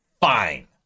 fine